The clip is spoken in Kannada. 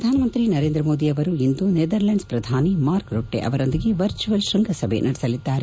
ಪ್ರಧಾನಮಂತ್ರಿ ನರೇಂದ್ರ ಮೋದಿ ಅವರು ಇಂದು ನೆದರ್ಲೆಂಡ್ಸ್ ಪ್ರಧಾನಿ ಮಾರ್ಕ್ ರುಟ್ಟೆ ಅವರೊಂದಿಗೆ ವರ್ಚುವಲ್ ಶ್ವಂಗಸಭೆ ನಡೆಸಲಿದ್ದಾರೆ